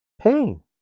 Pain